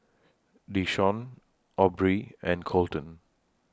Desean Aubree and Colten